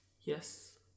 Yes